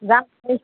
যাম